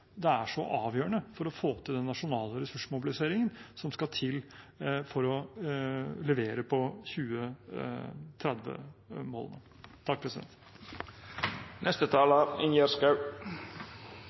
det er så avgjørende for å få til den nasjonale ressursmobiliseringen som skal til for å levere på